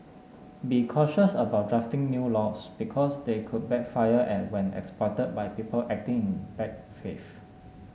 be cautious about drafting new laws because they could backfire at when exploited by people acting in bad faith